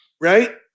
right